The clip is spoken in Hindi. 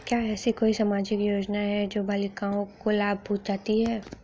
क्या ऐसी कोई सामाजिक योजनाएँ हैं जो बालिकाओं को लाभ पहुँचाती हैं?